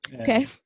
Okay